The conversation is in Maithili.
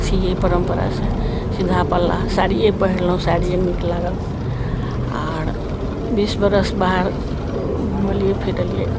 अथी यए परम्परासँ सीधा पल्ला साड़िए पहिरलहुँ साड़िए नीक लागल आर बीस बरस बाहर घुमलियै फिरलियै